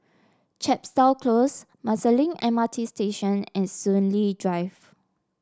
Chepstow Close Marsiling M R T Station and Soon Lee Drive